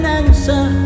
answer